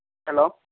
hello